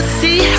see